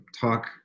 talk